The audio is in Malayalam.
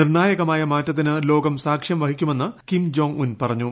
നിർണായകമായ മാറ്റത്തിന് ലോകം സാക്ഷ്യം വഹിക്കുമെന്ന് കിം ജോങ് ഉൻ പറഞ്ഞു